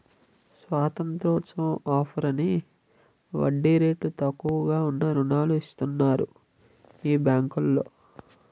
స్వతంత్రోత్సవం offer అని వడ్డీ రేట్లు తక్కువగా ఉన్న రుణాలు ఇస్తన్నారు ఈ బేంకులో